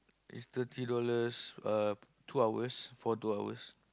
is thirty dollars uh two hours for two hours